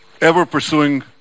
ever-pursuing